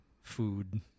food